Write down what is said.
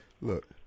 Look